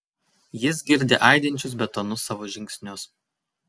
jis girdi aidinčius betonu savo žingsnius